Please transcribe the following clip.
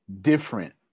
different